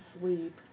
sleep